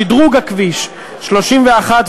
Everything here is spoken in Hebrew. שדרוג כביש 31,